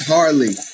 Harley